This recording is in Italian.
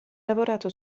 lavorato